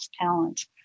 talent